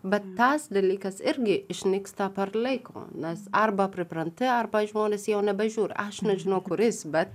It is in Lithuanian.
bet tas dalykas irgi išnyksta per laiko nes arba pripranti arba žmonės jau nebežiūri aš nežinau kuris bet